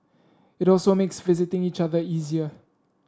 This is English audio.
it also makes visiting each other easier